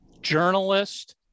journalist